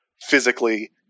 physically